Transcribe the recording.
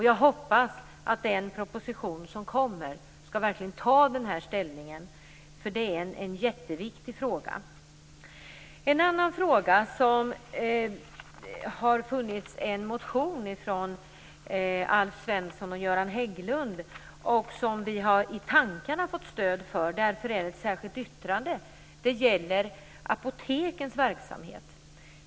Jag hoppas att den proposition som kommer verkligen tar ställning, för det här är en jätteviktig fråga. Jag vill också ta upp en annan fråga, i vilken Alf Svensson och Göran Hägglund har väckt en motion som vi så att säga i tankarna har fått stöd för, så att det nu finns ett särskilt yttrande. Det gäller apotekens verksamhet.